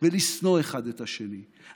ולשנוא אחד את השני,